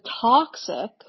toxic